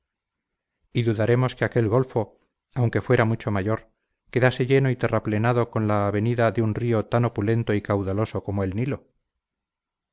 y dudaremos que aquel golfo aunque fuera mucho mayor quedase lleno y terraplenado con la avenida de un río tan opulento y caudaloso como el nilo